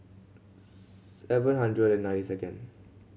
seven hundred and ninety second